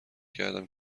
کردم